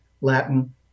Latin